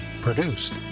Produced